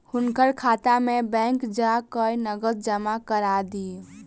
हुनकर खाता में बैंक जा कय नकद जमा करा दिअ